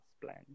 plan